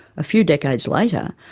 a few decades later,